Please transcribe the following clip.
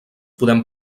podem